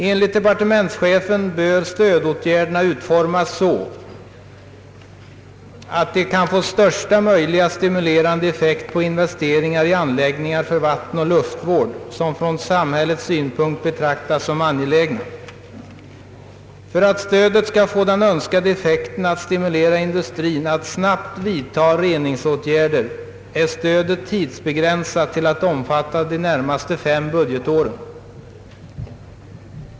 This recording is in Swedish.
Enligt departementschefens uppfattning bör stödåtgärderna utformas så att de kan få största möjliga stimulerande effekt på investeringar i anläggningar för vattenoch luftvård som från samhällets synpunkt betraktas som angelägna. För att stödet skall få den önskade effekten att stimulera industrin att snabbt vidta reningsåtgärder är det tidsbegränsat till att omfatta de närmaste fem budgetåren.